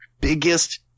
biggest